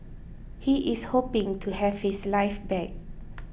he is hoping to have his life back